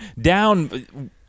down